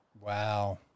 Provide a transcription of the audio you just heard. Wow